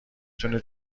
تونه